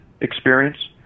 experience